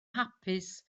hapus